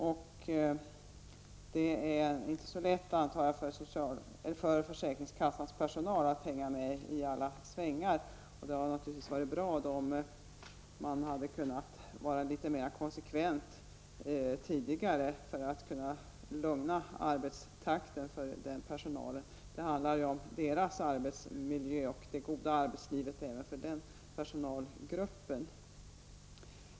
Jag antar att det inte är särskilt lätt för försäkringskassans personal att hänga med i alla svängar. Naturligtivs hade det varit bra om det hade varit ett mera konsekvent handlande tidigare. Då hade det kunnat bli en lugnare arbetstakt för försäkringskassans personal. Det handlar ju om arbetsmiljön och om ett bra arbetsliv även för den personalgruppen.